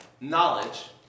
knowledge